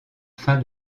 fin